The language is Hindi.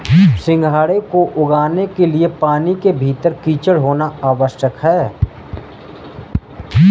सिंघाड़े को उगाने के लिए पानी के भीतर कीचड़ होना आवश्यक है